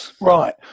Right